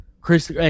Chris